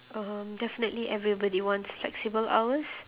um definitely everybody wants flexible hours